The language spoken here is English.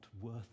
worth